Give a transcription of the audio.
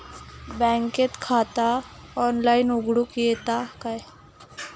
बँकेत खाता ऑनलाइन उघडूक येता काय?